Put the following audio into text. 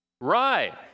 Right